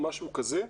משהו כזה,